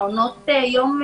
מעונות יום,